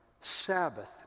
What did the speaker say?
Sabbath